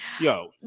Yo